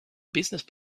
business